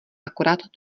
akorát